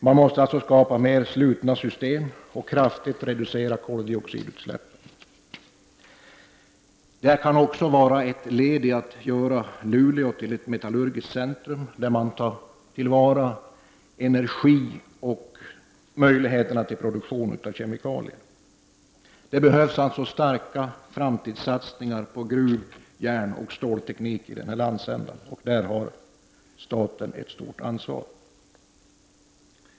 Man måste således skapa mer slutna system och kraftigt reducera koldioxidutsläppen. Detta kan också vara ett led i satsningarna på att göra Luleå till ett metallurgiskt centrum, där man tar till vara energi och möjligheterna till produktion av kemikalier. Det behövs alltså stora framtidssatsningar på gruv-, järnoch stålteknik i den här landsändan, och där har staten ett stort ansvar.